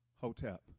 Hotep